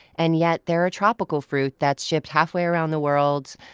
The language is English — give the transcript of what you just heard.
and yet they're a tropical fruit that's shipped halfway around the world.